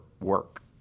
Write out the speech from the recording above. work